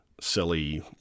silly